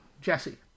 Jesse